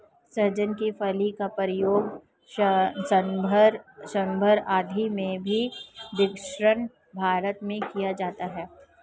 सहजन की फली का प्रयोग सांभर आदि में भी दक्षिण भारत में किया जाता है